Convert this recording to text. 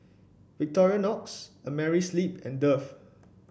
Victorinox Amerisleep and Dove